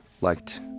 liked